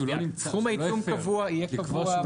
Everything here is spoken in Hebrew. סכום העיצום יהיה קבוע בחוק.